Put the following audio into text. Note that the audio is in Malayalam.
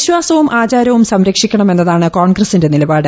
വിശ്വാസവും ആചാരവും സംരക്ഷിക്കണമെന്നതാണ് കോൺഗ്രസിന്റെ നിലപാട്